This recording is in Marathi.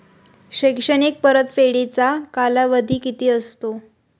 शैक्षणिक परतफेडीचा कालावधी किती असतो?